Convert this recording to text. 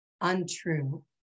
untrue